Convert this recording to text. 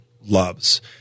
loves